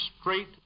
straight